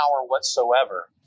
whatsoever